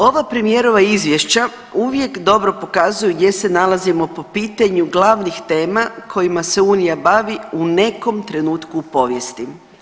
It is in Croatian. Ova premijerova izvješća uvijek dobro pokazuju gdje se nalazimo po pitanju glavnih tema kojima se Unija bavi u nekom trenutku u povijesti.